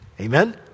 Amen